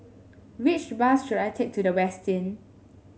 which bus should I take to The Westin